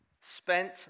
spent